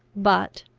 but,